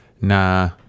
Nah